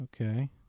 Okay